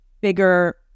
bigger